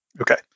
Okay